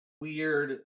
weird